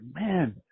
man